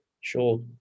Sure